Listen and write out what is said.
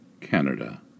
Canada